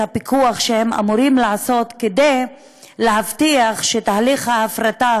הפיקוח שהם אמורים לעשות כדי להבטיח שתהליך ההפרטה